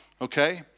okay